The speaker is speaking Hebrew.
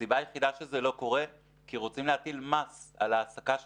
הסיבה היחידה שזה לא קורה היא כי רוצים להטיל מס על העסקה שלהם,